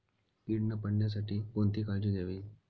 कीड न पडण्यासाठी कोणती काळजी घ्यावी?